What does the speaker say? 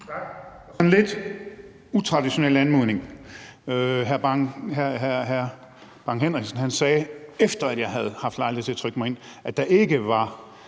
en lidt utraditionel anmodning. Hr. Preben Bang Henriksen sagde, efter jeg havde haft lejlighed til at trykke mig ind, at der ikke var